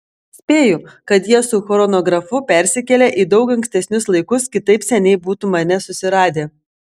spėju kad jie su chronografu persikėlė į daug ankstesnius laikus kitaip seniai būtų mane susiradę